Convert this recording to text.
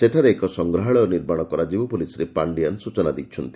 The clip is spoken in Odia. ସେଠାରେ ଏକ ସଂଗ୍ରହାଳୟ ନିର୍ମାଣ କରାଯିବ ବୋଲି ଶ୍ରୀ ପାଣ୍ଡିଆନ୍ ସୂଚନା ଦେଇଛନ୍ତି